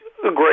great